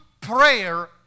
prayer